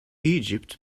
egypt